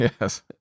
Yes